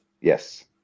Yes